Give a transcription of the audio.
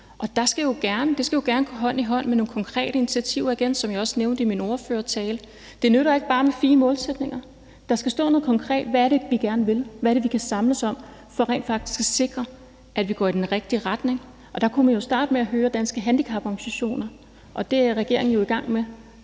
det skal jo gerne gå hånd i hånd med nogle konkrete initiativer. Igen vil jeg, som jeg også nævnte i min ordførertale, sige, at det ikke bare nytter med fine målsætninger, men at der skal stå noget konkret om, hvad det er, vi gerne vil, og hvad det er, vi kan samles om, for rent faktisk at sikre, at vi går i den rigtige retning. Der kunne man jo starte med at høre Danske Handicaporganisationer for at finde ud af, hvad